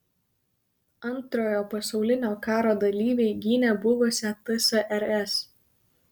antrojo pasaulinio karo dalyviai gynė buvusią tsrs